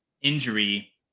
injury